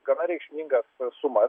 gana reikšminga suma